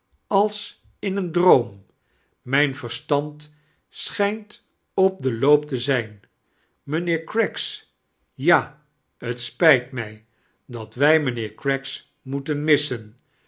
als in een droom mijn versitand schijnit op den loop te zijn mijnheeir craggs ja t spijt mij dat wij mijnheer craggs moeten missen